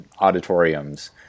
auditoriums